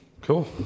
Cool